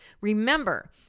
Remember